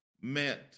meant